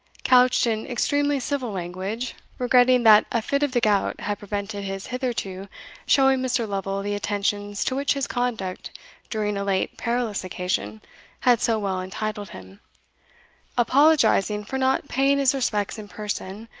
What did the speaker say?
couched in extremely civil language, regetting that a fit of the gout had prevented his hitherto showing mr. lovel the attentions to which his conduct during a late perilous occasion had so well entitled him apologizing for not paying his respects in person,